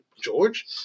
George